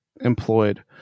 Employed